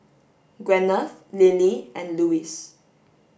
Gwyneth Lillie and Louis